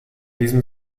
diesem